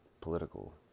political